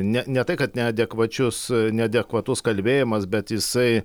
ne ne tai kad neadekvačius neadekvatus kalbėjimas bet jisai